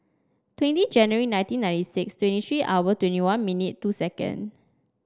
twenty January nineteen ninety six twenty three hour twenty one minute two second